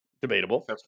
debatable